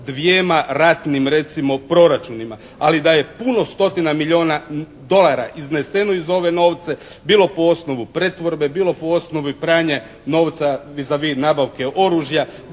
dvjema ratnim recimo proračunima. Ali da je puno stotina milijuna dolara izneseno iz ove novce bilo po osnovu pretvorbe, bilo po osnovi pranja novca vis a vis nabavke oružja,